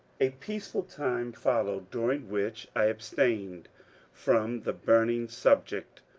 a peaceful time followed, during which i abstained from the burning subject,